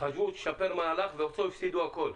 חשבו לשפר מהלך ואחר כך הפסידו הכול.